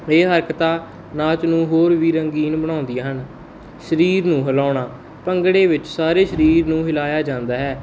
ਇਹ ਹਰਕਤਾਂ ਨਾਚ ਨੂੰ ਹੋਰ ਵੀ ਰੰਗੀਨ ਬਣਾਉਂਦੀਆਂ ਹਨ ਸਰੀਰ ਨੂੰ ਹਿਲਾਉਣਾ ਭੰਗੜੇ ਵਿੱਚ ਸਾਰੇ ਸਰੀਰ ਨੂੰ ਹਿਲਾਇਆ ਜਾਂਦਾ ਹੈ